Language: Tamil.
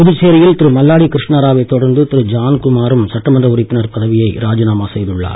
புதுச்சேரியில் திரு மல்லாடி கிருஷ்ணராவைத் தொடர்ந்து திரு ஜான்குமாரும் சட்டமன்ற உறுப்பினர் பதவியை ராஜினாமா செய்துள்ளார்